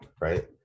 right